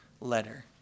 letter